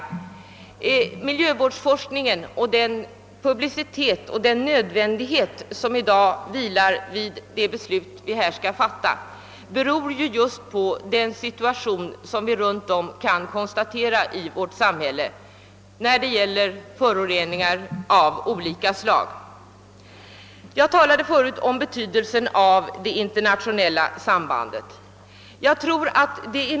Publiciteten kring <miljövårdsforskningen och betydelsen av det beslut som vi nu skall fatta beror bl.a. på den situation som råder med avseende på föroreningar av olika slag. Jag talade förut om betydelsen av internationellt samarbete.